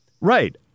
Right